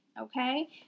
okay